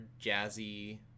jazzy